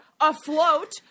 afloat